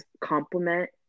complement